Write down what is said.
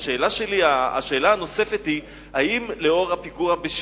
השאילתא הבאה היא שאילתא מס'